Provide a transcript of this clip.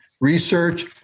research